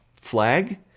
flag